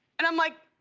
and i'm like,